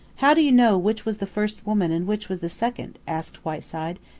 how do you know which was the first woman and which was the second? asked whiteside,